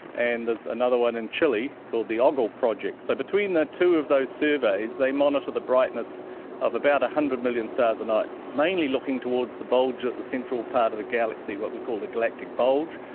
and there's another one in chile called the ogle project. so between the two of those surveys they monitor the brightness of about one hundred million stars a night, mainly looking towards the bulge at the central part of the galaxy, what we call the galactic bulge,